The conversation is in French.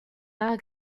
art